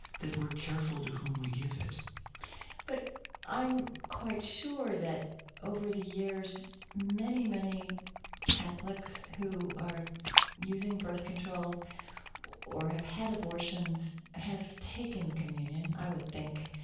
that we're careful to whom we give it but i'm quite sure that over the years many, many catholics who are using birth control or have had abortions have taken communion, i would think,